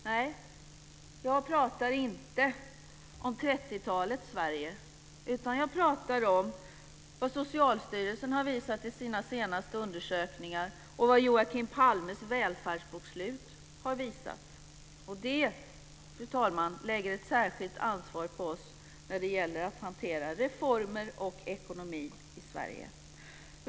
Nej, jag pratar inte om 30-talets Sverige, utan jag pratar om det Socialstyrelsen har visat i sina senaste undersökningar och det Joakim Palmes välfärdsbokslut har visat. Det lägger ett särskilt ansvar på oss, fru talman, när det gäller att hantera reformer och ekonomi i Sverige.